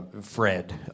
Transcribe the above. Fred